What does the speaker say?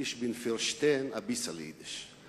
"איך פארשטען א ביסל יידיש".